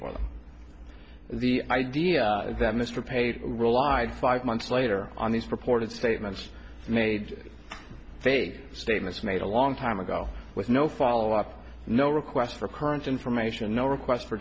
for the idea that mr paid relied five months later on these purported statements made they statements made a long time ago with no follow up no request for current information no request for